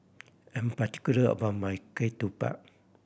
I'm particular about my ketupat